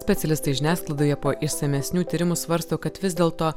specialistai žiniasklaidoje po išsamesnių tyrimų svarsto kad vis dėlto